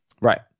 Right